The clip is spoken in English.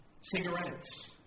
Cigarettes